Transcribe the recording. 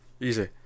Easy